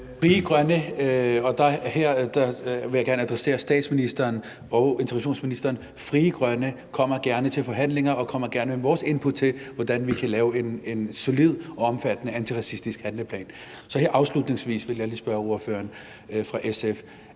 Frie Grønne – og her vil jeg gerne adressere statsministeren og integrationsministeren – kommer gerne til forhandlinger, og vi kommer gerne med vores input til, hvordan vi kan lave en solid og omfattende antiracistisk handleplan. Her afslutningsvis vil jeg lige spørge ordføreren fra SF: